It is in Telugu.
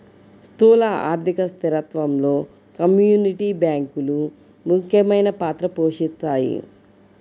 స్థూల ఆర్థిక స్థిరత్వంలో కమ్యూనిటీ బ్యాంకులు ముఖ్యమైన పాత్ర పోషిస్తాయి